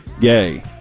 gay